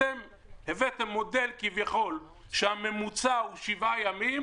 הבאתם מודל שבו כביכול הממוצע הוא שבעה ימים,